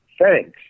thanks